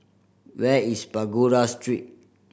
where is Pagoda Street